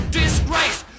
disgrace